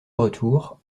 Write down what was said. retour